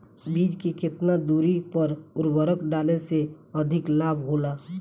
बीज के केतना दूरी पर उर्वरक डाले से अधिक लाभ होला?